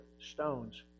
stones